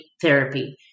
therapy